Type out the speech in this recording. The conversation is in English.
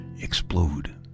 explode